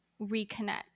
reconnect